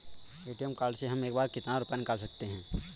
ATM card से हम एक बार में कितना रुपया निकाल सकते हैं?